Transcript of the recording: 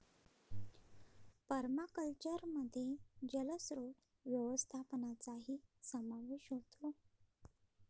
पर्माकल्चरमध्ये जलस्रोत व्यवस्थापनाचाही समावेश होतो